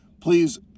please